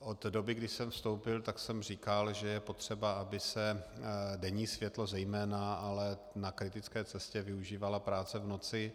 Od doby, kdy jsem vstoupil, tak jsem říkal, že je potřeba, aby se denní světlo zejména, ale na kritické cestě využívala práce v noci.